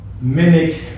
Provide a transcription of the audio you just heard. mimic